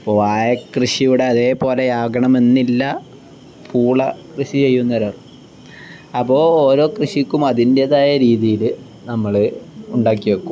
അപ്പോൾ വാഴ കൃഷിയടെ അതേപോലെ ആകണമെന്നില്ല പൂള കൃഷി ചെയ്യുന്ന ഒരാൾ അപ്പോൾ ഓരോ കൃഷിക്കും അതിൻ്റെതായ രീതിയിൽ നമ്മൾ ഉണ്ടാക്കി വയ്ക്കും